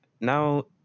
Now